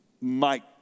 Mike